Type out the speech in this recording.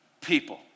people